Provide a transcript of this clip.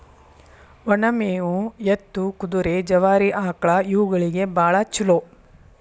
ಒನ ಮೇವು ಎತ್ತು, ಕುದುರೆ, ಜವಾರಿ ಆಕ್ಳಾ ಇವುಗಳಿಗೆ ಬಾಳ ಚುಲೋ